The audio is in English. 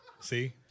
See